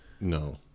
No